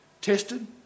tested